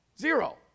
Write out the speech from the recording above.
Zero